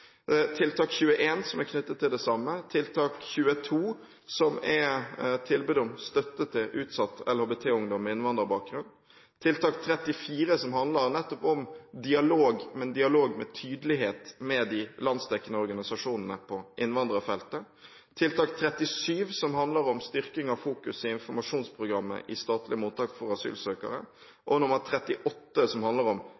tiltak 21, som er knyttet til det samme tiltak 22, som er tilbud om støtte til utsatt LHBT-ungdom med innvandrerbakgrunn tiltak 34, som handler nettopp om dialog – med tydelighet – med de landsdekkende organisasjonene på innvandrerfeltet tiltak 37, som handler om styrking av fokus i informasjonsprogrammet i statlige mottak for asylsøkere tiltak 38, som handler om